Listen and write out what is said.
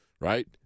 right